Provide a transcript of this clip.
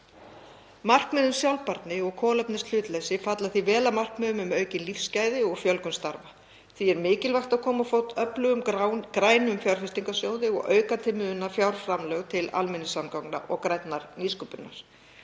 Markmið um sjálfbærni og kolefnishlutleysi falla því vel að markmiðum um aukin lífsgæði og fjölgun starfa. Því er mikilvægt að koma á fót öflugum grænum fjárfestingarsjóði og auka til muna fjárframlög til almenningssamgangna og grænnar nýsköpunar.